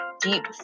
deep